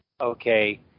okay